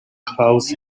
klaus